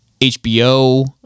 HBO